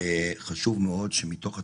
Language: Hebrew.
חשוב מאוד שבתוך התקציב,